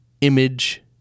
image